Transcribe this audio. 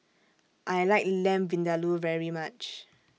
I like Lamb Vindaloo very much